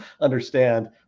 understand